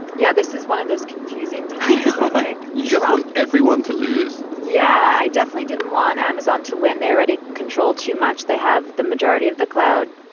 yeah, this is one of those confusing time like you just want um everyone to lose yeah, i definitely didn't want amazon to. when they already control too much, they have the majority of the cloud,